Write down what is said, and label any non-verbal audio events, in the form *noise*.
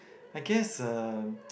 I guess uh *noise*